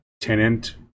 tenant